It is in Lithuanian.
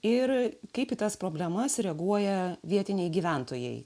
ir kaip į tas problemas reaguoja vietiniai gyventojai